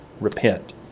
repent